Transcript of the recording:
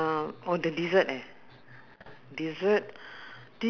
okay what you wanna talk I don't mind fitness and sport